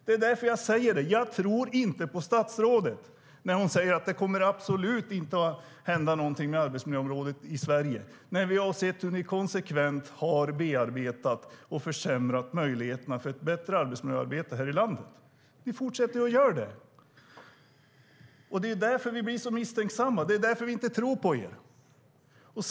Det är därför jag säger att jag inte tror på statsrådet, när hon säger att det absolut inte kommer att hända något med arbetsmiljöområdet i Sverige. Vi har ju sett hur ni konsekvent har bearbetat och försämrat möjligheterna till ett bättre arbetsmiljöarbete här i landet. Ni fortsätter ju att göra det! Det är därför vi blir så misstänksamma. Det är därför vi inte tror på er.